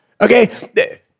Okay